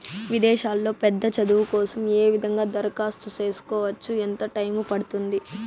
విదేశాల్లో పెద్ద చదువు కోసం ఏ విధంగా దరఖాస్తు సేసుకోవచ్చు? ఎంత టైము పడుతుంది?